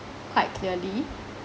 quite clearly